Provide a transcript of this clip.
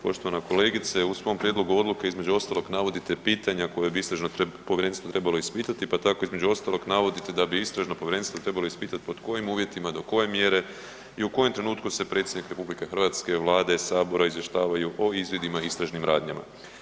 Poštovana kolegice u svom prijedlogu odluke između ostalog navodite pitanja koje bi istražno povjerenstvo trebalo ispitati pa tako između ostaloga navodite da bi istražno povjerenstvo trebalo ispitati pod kojim uvjetima, do koje mjere i u kojem trenutku se predsjednik RH, vlade, sabora izvještavaju o izvidima i istražnim radnjama.